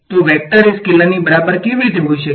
તો વેક્ટર એ સ્કેલરની બરાબર કેવી રીતે હોઈ શકે